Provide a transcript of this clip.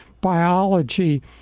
biology